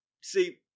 see